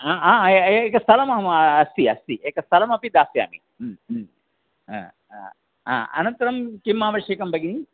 एकस्थलमहम् अस्ति अस्ति एकस्थलमपि दास्यामि अनन्तरं किम् आवश्यकम् भगिनि